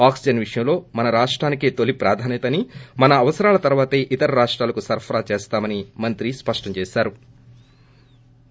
oxygen విషయంలో మన రాష్టానికే తొలి ప్రాధాన్యత అని మన అవసరాల తర్వాతే ఇతర రాష్టాలకు సరఫరా చేస్తామని మంత్రి స్పష్టం చేశారు